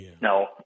No